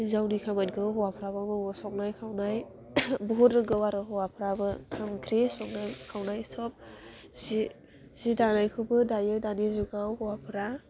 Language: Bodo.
हिन्जावनि खामानिखौ हौवाफ्राबो मावो संनाय खावनाय बहुर रोंगौ आरो हौवाफ्राबो ओंख्रि संनो खावनाय सब जि जि दानायखौबो दायो दानि जुगाव हवाफ्रा